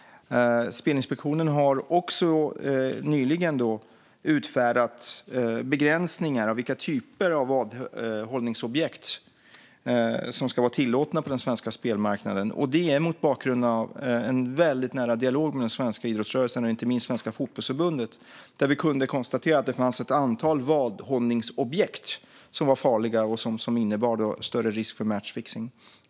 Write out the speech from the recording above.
Spelinspektionen har också nyligen utfärdat begränsningar av vilka typer av vadhållningsobjekt som ska vara tillåtna på den svenska spelmarknaden. Det har skett mot bakgrund av en väldigt nära dialog med den svenska idrottsrörelsen, inte minst med Svenska Fotbollförbundet. Vi kunde konstatera att det fanns ett antal vadhållningsobjekt som var farliga och som innebar större risk för matchfixning.